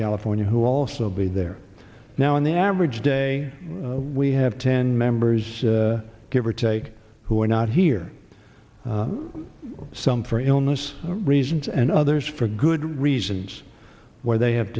california who also be there now in the average day we have ten members give or take who are not here some for illness reasons and others for good reasons where they have